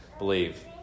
believe